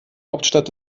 hauptstadt